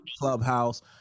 clubhouse